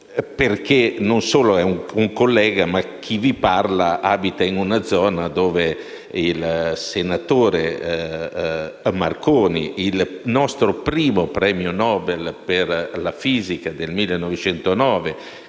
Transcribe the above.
perché è un collega, ma perché chi vi parla abita una zona cara al senatore Marconi, il nostro primo premio Nobel per la fisica del 1909,